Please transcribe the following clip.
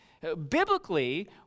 Biblically